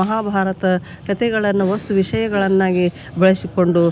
ಮಹಾಭಾರತ ಕತೆಗಳನ್ನು ವಸ್ತು ವಿಷಯಗಳನ್ನಾಗಿ ಬಳಸಿಕೊಂಡು